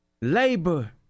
Labor